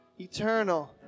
eternal